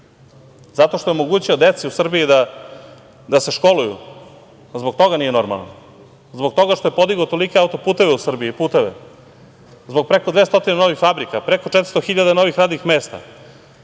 Zato što je omogućio deci u Srbiji da se školuju? Jel zbog toga nije normalan? Zbog toga što je podigao tolike autoputeve u Srbiji i puteve? Zbog preko 200 novih fabrika, preko 400 hiljada novih radnih mesta?